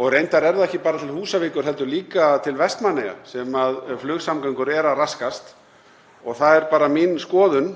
og reyndar er það ekki bara til Húsavíkur heldur líka til Vestmannaeyja þar sem flugsamgöngur eru að raskast. Það er mín skoðun